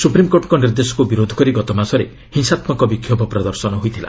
ସୁପ୍ରିମ୍କୋର୍ଟଙ୍କ ନିର୍ଦ୍ଦେଶକୁ ବିରୋଧ କରି ଗତମାସରେ ହିଂସାତ୍କକ ବିଚାକ୍ଷାଭ ପ୍ରଦର୍ଶନ ହୋଇଥିଲା